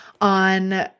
on